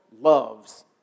loves